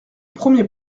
premier